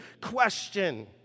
question